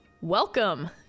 welcome